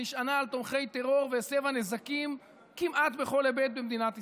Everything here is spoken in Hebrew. שנשענה על תומכי טרור והסבה נזקים כמעט בכל היבט במדינת ישראל.